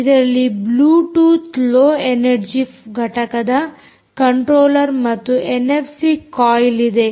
ಇದರಲ್ಲಿ Bluetooth low energy ಘಟಕದ controller ಮತ್ತು ಎನ್ಎಫ್ಸಿ ಕಾಯಿಲ್ ಇದೆ